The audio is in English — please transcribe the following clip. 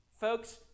Folks